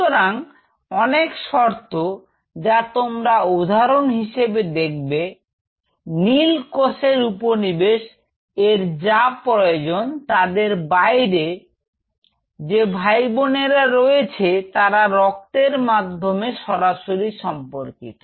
সুতরাং অনেক শর্ত যা তোমরা উদাহরণে দেখবে নীল কোষের উপনিবেশ এর যা প্রয়োজন তাদের বাইরে যে ভাই বোনেরা রয়েছে তারা রক্তের মাধ্যমে সরাসরি সম্পর্কিত